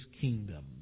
kingdom